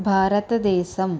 భారతదేశం